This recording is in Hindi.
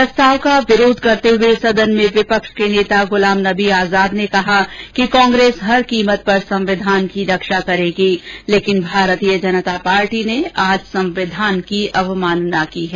प्रस्ताव का विरोध करते हुए सदन में विपक्ष के नेता गुलाम नबी आजाद ने कहा कि कांग्रेस हर कीमत पर संविधान की रक्षा करेगी लेकिन भारतीय जनता पार्टी ने आज संविधान की अवमानना की है